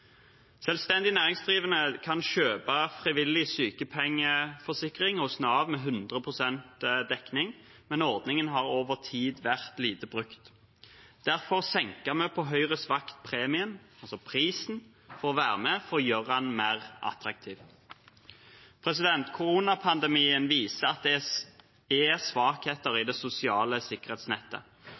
Selvstendig næringsdrivende kan kjøpe frivillig sykepengeforsikring hos Nav med 100 pst. dekning, men ordningen har over tid har vært lite brukt. Derfor senket vi på Høyres vakt premien – altså prisen – for å være med, for å gjøre den mer attraktiv. Koronapandemien viser at det er svakheter i det sosiale sikkerhetsnettet.